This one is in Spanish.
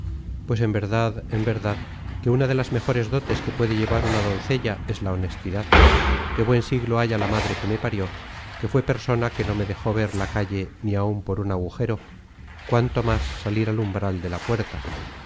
pues en verdad en verdad que una de las mejores dotes que puede llevar una doncella es la honestidad que buen siglo haya la madre que me parió que fué persona que no me dejó ver la calle ni áun por un agujero cuanto más salir al umbral de la puerta